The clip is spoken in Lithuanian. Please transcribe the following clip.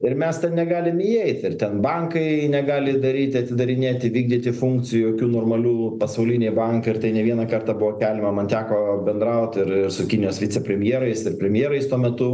ir mes ten negalim įeit ir ten bankai negali daryti atidarinėti vykdyti funkcijų jokių normalių pasauliniai bankai ir tai ne vieną kartą buvo keliama man teko bendraut ir ir su kinijos vicepremjerais ir premjerais tuo metu